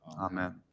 Amen